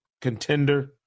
contender